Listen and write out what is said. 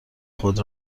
خود